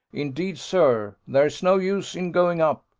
indeed, sir, there's no use in going up,